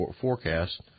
forecast